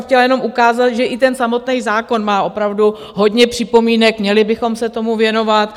Chtěla bych vám jenom ukázat, že i ten samotný zákon má opravdu hodně připomínek, měli bychom se tomu věnovat.